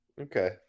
okay